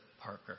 Parker